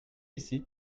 ici